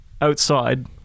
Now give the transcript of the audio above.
outside